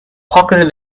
pocketed